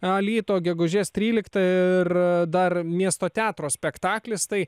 alytų gegužės tryliktą ir dar miesto teatro spektaklis tai